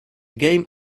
game